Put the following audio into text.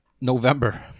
November